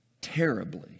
terribly